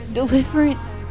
deliverance